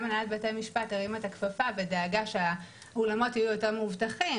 הנהלת בתי משפט הרימה את הכפפה ודאגה שהאולמות יהיו יותר מאובטחים